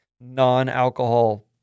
non-alcohol